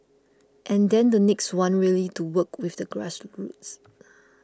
and then the next one really to work with the grassroots